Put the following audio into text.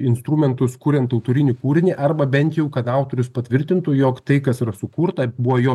instrumentus kuriant autorinį kūrinį arba bent jau kad autorius patvirtintų jog tai kas yra sukurta buvo jo